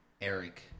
Eric